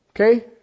okay